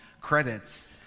credits